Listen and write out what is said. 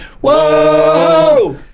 whoa